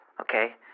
okay